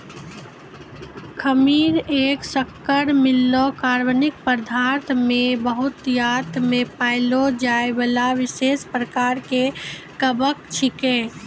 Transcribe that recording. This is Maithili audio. खमीर एक शक्कर मिललो कार्बनिक पदार्थ मे बहुतायत मे पाएलो जाइबला विशेष प्रकार के कवक छिकै